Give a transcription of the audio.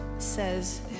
says